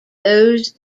those